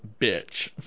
bitch